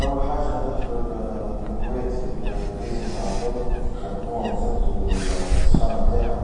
أول حاجة ندخلو المكواة في البريزو نتاع الظو، شو نخدموه ونثبتو من السخانة متاعها،